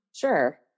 Sure